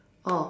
oh